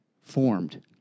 formed